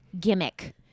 gimmick